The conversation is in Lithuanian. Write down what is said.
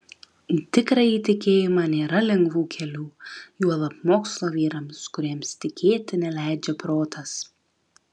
į tikrąjį tikėjimą nėra lengvų kelių juolab mokslo vyrams kuriems tikėti neleidžia protas